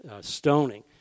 stoning